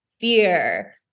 fear